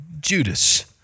Judas